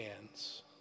hands